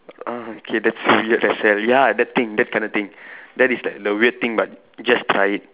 uh okay that's weird that's like ya that thing that kind of thing that is like the weird thing but just try it